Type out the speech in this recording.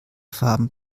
farben